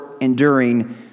enduring